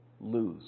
lose